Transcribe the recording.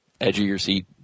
edge-of-your-seat